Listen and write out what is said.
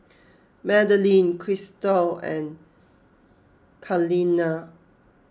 Madaline Christal and Kaleena